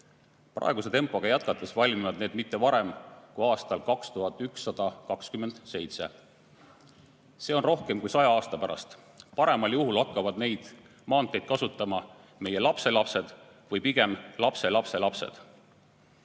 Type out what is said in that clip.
Praeguse tempoga jätkates valmivad need mitte varem kui aastal 2127, see on rohkem kui saja aasta pärast. Paremal juhul hakkavad neid maanteid kasutama meie lapselapsed või pigem lapselapselapsed.Me